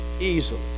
easily